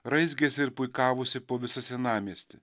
raizgėsi ir puikavosi po visą senamiestį